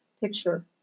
picture